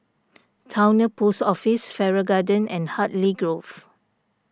Towner Post Office Farrer Garden and Hartley Grove